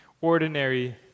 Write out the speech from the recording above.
ordinary